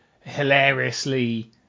hilariously